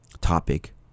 topic